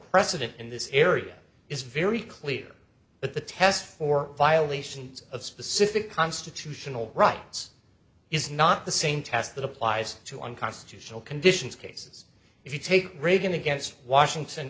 precedent in this area is very clear but the test for violations of specific constitutional rights is not the same test that applies to unconstitutional conditions cases if you take reagan against washington